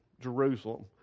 Jerusalem